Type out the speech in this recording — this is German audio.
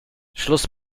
schluss